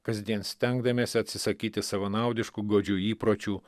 kasdien stengdamiesi atsisakyti savanaudiškų godžių įpročių